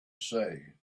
say